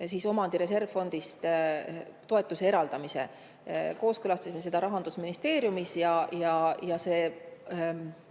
[taotluse] omandireservfondist toetuse eraldamiseks. Kooskõlastasime selle Rahandusministeeriumis ja see toetuse